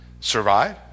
survive